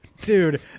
Dude